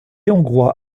hongrois